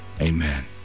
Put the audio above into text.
Amen